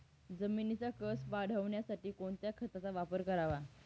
जमिनीचा कसं वाढवण्यासाठी कोणत्या खताचा वापर करावा?